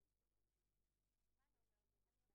לא מתאים שבעלי יהיה